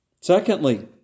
Secondly